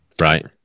Right